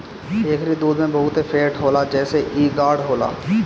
एकरी दूध में बहुते फैट होला जेसे इ गाढ़ होला